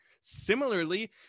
Similarly